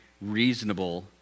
reasonable